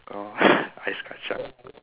oh ice kacang